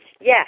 Yes